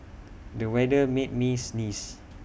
the weather made me sneeze